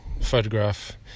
photograph